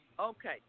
Okay